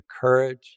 courage